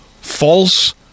false